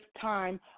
time